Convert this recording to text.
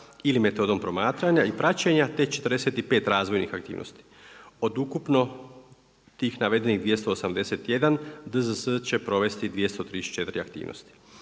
ili metodom promatranja i praćenja, te 45 razvojnih aktivnosti. Od ukupno tih navedenih 281 DZS će provesti 234 aktivnosti.